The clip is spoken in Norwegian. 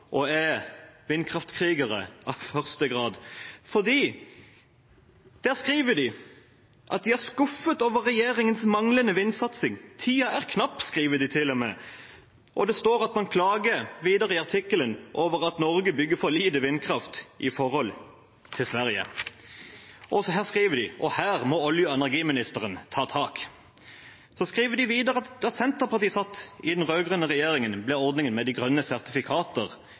som er vindkraftkrigere av første grad. Der skriver de at de er skuffet over regjeringens manglende vindsatsing. Tiden er knapp, skriver de til og med. Det står videre i artikkelen at man klager over at Norge bygger for lite vindkraft i forhold til Sverige. Så skriver de: Her må olje- og energiministeren ta tak. De skriver videre at da Senterpartiet satt i den rød-grønne regjeringen, ble ordningen med grønne sertifikater